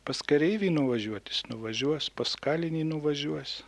pas kareivį nuvažiuoti jis nuvažiuos pas kalinį nuvažiuos